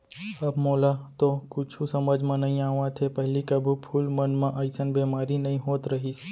अब मोला तो कुछु समझ म नइ आवत हे, पहिली कभू फूल मन म अइसन बेमारी नइ होत रहिस